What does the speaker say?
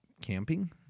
Camping